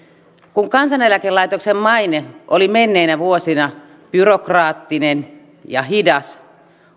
kun kansaneläkelaitoksen maine oli menneinä vuosina byrokraattinen ja hidas